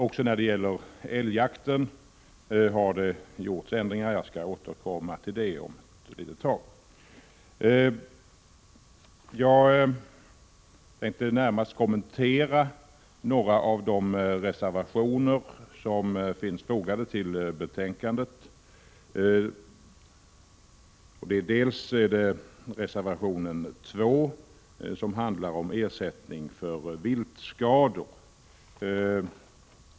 Också i fråga om älgjakt har utskottet gjort ändringar i regeringens förslag. Jag skall återkomma till detta om en stund. Jag tänkte närmast kommentera några av de reservationer som finns fogade till betänkandet, bl.a. reservation 2 som handlar om ersättning för viltskador.